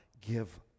give